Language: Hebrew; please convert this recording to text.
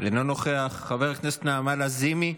אינו נוכח, חברת הכנסת נעמה לזימי,